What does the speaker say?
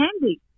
handy